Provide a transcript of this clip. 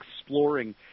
exploring